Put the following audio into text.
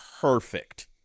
Perfect